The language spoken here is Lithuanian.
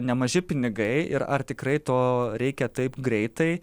nemaži pinigai ir ar tikrai to reikia taip greitai